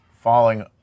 falling